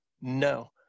No